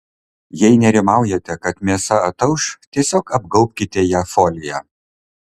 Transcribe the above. jei nerimaujate kad mėsa atauš tiesiog apgaubkite ją folija